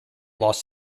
los